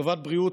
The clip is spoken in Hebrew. לטובת בריאות,